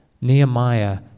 Nehemiah